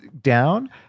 down